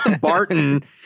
Barton